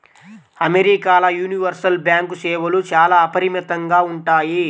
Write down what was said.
అమెరికాల universal bank సేవలు చాలా అపరిమితంగా ఉంటాయి